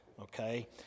Okay